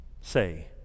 say